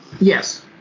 Yes